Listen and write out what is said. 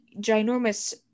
ginormous